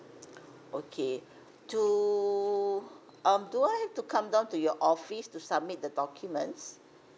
okay to um do I have to come down to your office to submit the documents